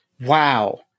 Wow